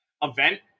event